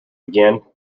again